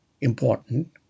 important